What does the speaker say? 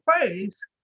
place